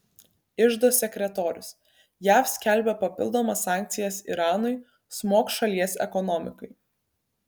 iždo sekretorius jav skelbia papildomas sankcijas iranui smogs šalies ekonomikai